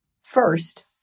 First